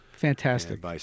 Fantastic